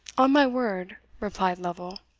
on my word, replied lovel.